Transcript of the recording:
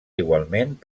igualment